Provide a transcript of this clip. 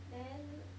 then